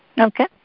Okay